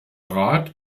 rat